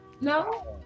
no